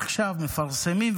עכשיו מפרסמים,